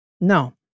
No